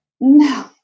No